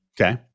Okay